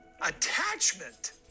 attachment